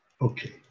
Okay